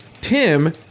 Tim